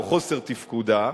או חוסר תפקודה.